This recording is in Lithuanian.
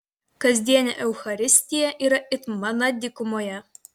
kasdienė eucharistija yra it mana dykumoje